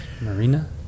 Marina